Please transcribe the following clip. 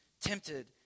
tempted